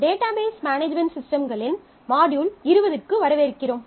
database management சிஸ்டம்களின் module 20 க்கு வரவேற்கிறோம்